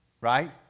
right